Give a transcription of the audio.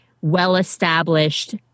well-established